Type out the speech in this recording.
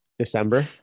December